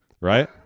right